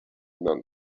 done